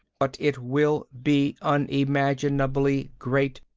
but it will be unimaginably great.